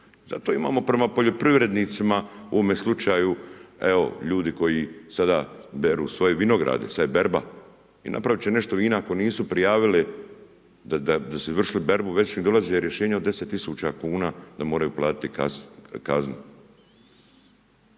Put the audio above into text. Zato imamo prema poljoprivrednicima u ovome slučaju, evo ljudi koji sada beru svoje vinograde, sad je berba. I napravit će nešto vina ako nisu prijavili da su vršili berbu, već im dolaze rješenja od 10 tisuća kuna da moraju platiti kaznu.